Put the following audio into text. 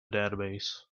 database